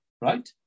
right